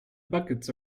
buckets